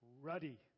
ruddy